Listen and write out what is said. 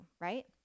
right